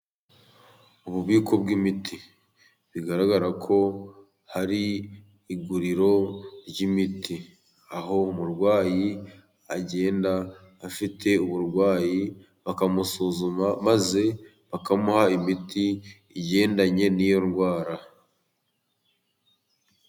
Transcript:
Ububiko bw'imiti bugaragara ko hari iguriro ry'imiti, aho umurwayi agenda afite uburwayi bakamusuzuma, maze bakamuha imiti igendanye n'iyo ndwara.